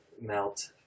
melt